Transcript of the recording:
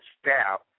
staff